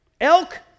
Elk